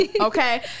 okay